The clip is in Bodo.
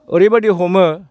ओरैबायदि हमो